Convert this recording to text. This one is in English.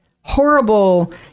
horrible